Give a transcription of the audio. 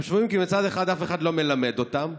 הם שבויים כי מצד אחד אף אחד לא מלמד אותם,